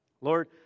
Lord